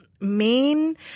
main